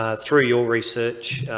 ah through your research,